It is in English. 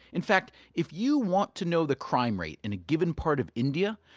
in fact, if you want to know the crime rate in a given part of india,